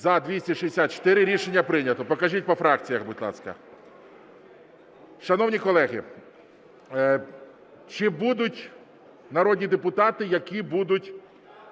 За-264 Рішення прийнято. Покажіть по фракціях, будь ласка. Шановні колеги, чи будуть народні депутати, які будуть